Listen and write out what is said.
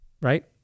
Right